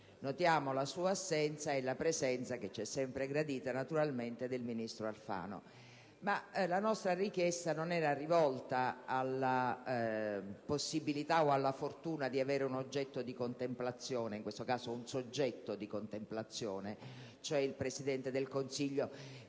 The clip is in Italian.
Notiamo invece la sua assenza e la presenza, che ci è sempre gradita, naturalmente, del ministro Alfano. La nostra richiesta non era rivolta alla possibilità o alla fortuna di avere un oggetto di contemplazione (in questo caso un soggetto di contemplazione, cioè il Presidente del Consiglio),